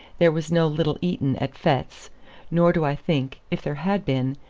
there was no little eton at fettes nor do i think, if there had been,